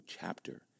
chapter